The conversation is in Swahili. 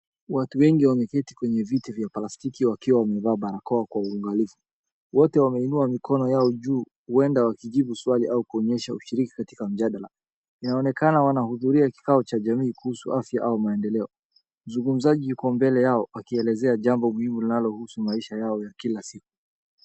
Watu wengi wameketi kwenye viti vya plastiki wakiwa wamevaa barakoa kwa uangalifu. Wote wameinua mikono yao juu huenda wakijibu swali au kuonyesha ushiriki katika mjadala. Inaonekana wanahudhuria kikao cha jamii kuhusu afya au maendeleo. Mzungumzaji yuko mbele yao akielezea jambo muhimu linalohusu maisha yao ya kila siku.